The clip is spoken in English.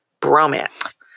Bromance